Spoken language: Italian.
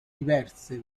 diverse